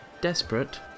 desperate